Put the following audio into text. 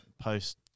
Post